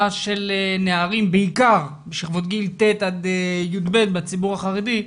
של נערים בעיקר בשכבות גיל ט' עד י"ב בציבור החרדי,